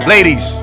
Ladies